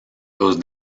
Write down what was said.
los